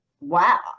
wow